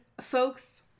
folks